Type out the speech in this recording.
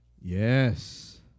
Yes